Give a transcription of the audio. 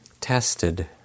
tested